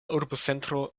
urbocentro